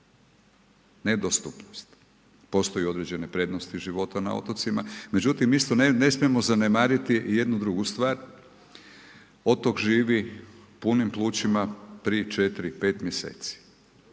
nedostupnost. Postoje određene prednosti života na otocima. Međutim isto ne smijemo zanemariti jednu drugu stvar, otok živi punim plućima 3,4, 5 mjeseci.